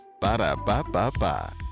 Ba-da-ba-ba-ba